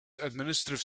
administrative